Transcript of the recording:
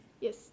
Yes